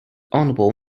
honorable